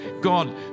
God